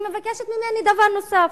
היא מבקשת ממני דבר נוסף: